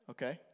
Okay